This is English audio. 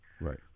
Right